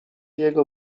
jego